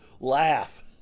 laugh